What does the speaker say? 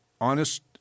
honest